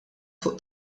fuq